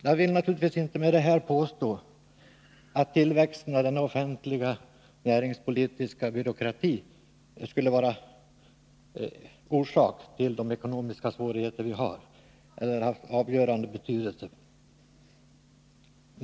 Jag vill naturligtvis inte med detta påstå att tillväxten av den offentliga näringspolitiska byråkratin skulle vara orsak till de ekonomiska svårigheter som vi har eller att de skulle ha haft avgörande betydelse.